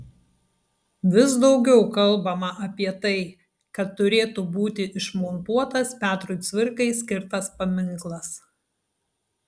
vis daugiau kalbama apie tai kad turėtų būti išmontuotas petrui cvirkai skirtas paminklas